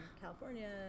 California